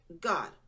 God